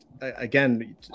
again